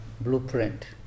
blueprint